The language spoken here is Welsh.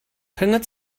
rhyngot